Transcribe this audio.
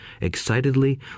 excitedly